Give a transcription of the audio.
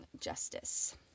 justice